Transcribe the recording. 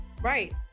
Right